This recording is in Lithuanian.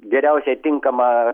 geriausiai tinkamą